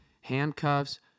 handcuffs